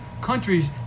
countries